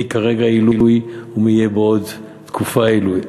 מי כרגע עילוי ומי יהיה בעוד תקופה עילוי.